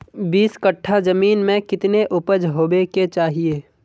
बीस कट्ठा जमीन में कितने उपज होबे के चाहिए?